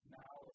now